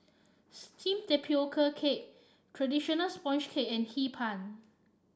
steamed Tapioca Cake traditional sponge cake and Hee Pan